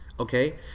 okay